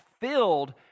filled